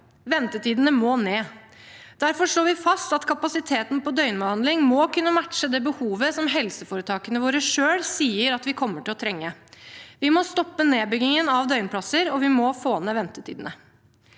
Ventetidene må ned. Derfor slår vi fast at kapasiteten på døgnbehandling må kunne matche det behovet som helseforetakene våre selv sier at vi kommer til å trenge. Vi må stoppe nedbyggingen av døgnplasser, og vi må få ned ventetidene.